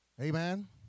Amen